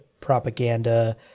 propaganda